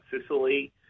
Sicily